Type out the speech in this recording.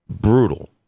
brutal